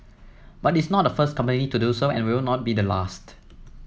but it is not the first company to do so and will not be the last